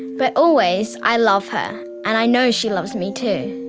but always i love her and i know she loves me too.